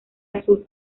azul